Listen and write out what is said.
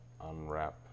unwrap